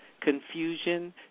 confusion